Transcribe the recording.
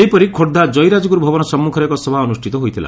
ସେହିପରି ଖୋର୍ଦ୍ଧା ଜୟୀରାଜଗୁର୍ ଭବନ ସମ୍ମଖରେ ଏକ ସଭା ଅନୁଷିତ ହୋଇଥିଲା